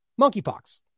Monkeypox